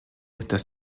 dass